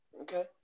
Okay